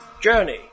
Journey